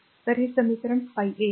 तर हे समीकरण 5 a आहे